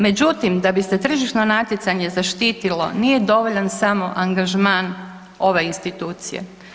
Međutim da bi se tržišno natjecanje zaštitilo, nije dovoljan samo angažman ove institucije.